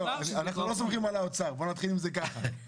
אנחנו לא סומכים על האוצר, בוא נתחיל עם זה ככה.